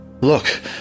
Look